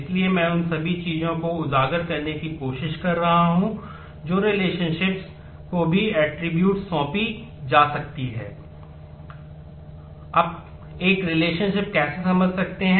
इसलिए मैं उन सभी चीजों को उजागर करने की कोशिश कर रहा हूं जो रिलेशनशिपस सौंपी जा सकती हैं